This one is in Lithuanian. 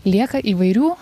lieka įvairių